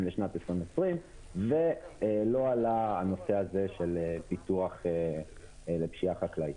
לשנת 2020 ולא עלה הנושא הזה של ביטוח לפשיעה חקלאית.